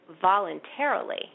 voluntarily